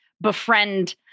befriend